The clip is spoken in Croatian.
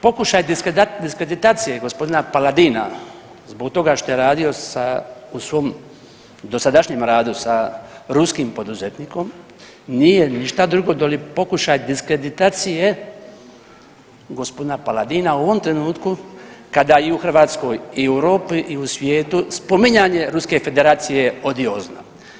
Pokušaj diskreditacije gospodina Paladina zbog toga što je radio sa, u svom dosadašnjem radu sa ruskim poduzetnikom nije ništa drugo doli pokušaj diskreditacije gospodina Paladina u ovom trenutku kada i u Hrvatskoj i u Europi i u svijetu spominjanje Ruske Federacije odiozno.